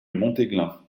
montéglin